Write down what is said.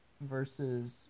Versus